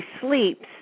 sleeps